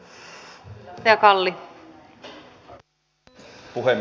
arvoisa puhemies